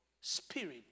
spirit